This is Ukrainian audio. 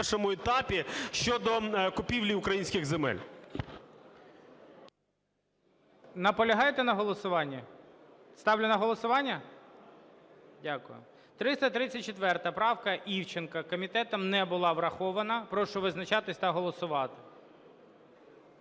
не потрібні на першому етапі щодо купівлі українських земель. ГОЛОВУЮЧИЙ. Наполягаєте на голосуванні? Ставлю на голосування? Дякую. 334 правка Івченка комітетом не була врахована. Прошу визначатись та голосувати.